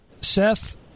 Seth